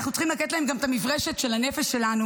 אנחנו צריכים לתת להם גם את המברשת של הנפש שלנו.